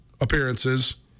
appearances